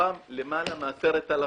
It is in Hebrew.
מתוכן למעלה מ-10,000,